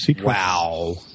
Wow